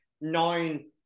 nine